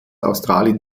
australien